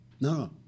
No